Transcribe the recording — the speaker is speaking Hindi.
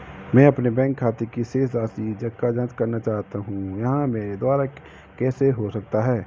मैं अपने बैंक खाते की शेष राशि की जाँच करना चाहता हूँ यह मेरे द्वारा कैसे हो सकता है?